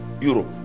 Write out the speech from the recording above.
Europe